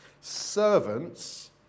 servants